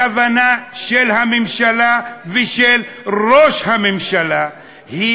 הכוונה של הממשלה ושל ראש הממשלה היא